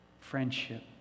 friendship